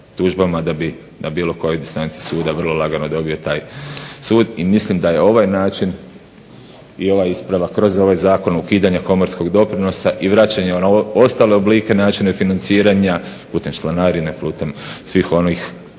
da bi na bilo kojoj stranici suda vrlo lagano dobio taj sud i mislim da je ovaj način i ova ispravak kroz ovaj zakon ukidanja komorskog doprinosa i vraćanje na ostale oblike načina i financiranja putem članarine putem svih onih